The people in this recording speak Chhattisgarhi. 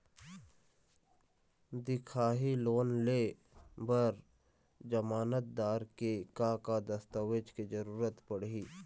दिखाही लोन ले बर जमानतदार के का का दस्तावेज के जरूरत पड़ही?